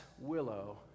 Willow